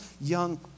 young